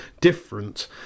different